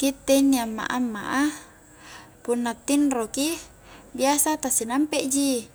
Gitte inni amma-amma a, punna tinroki biasa ta sinampe ji